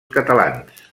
catalans